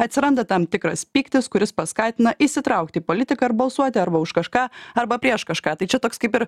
atsiranda tam tikras pyktis kuris paskatina įsitraukti į politiką ir balsuoti arba už kažką arba prieš kažką tai čia toks kaip ir